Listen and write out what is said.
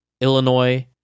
Illinois